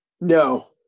No